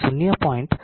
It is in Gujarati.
81 છે